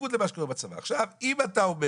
אם אתה אומר